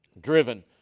Driven